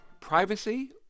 privacy